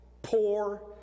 Poor